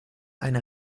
eine